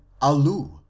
Alu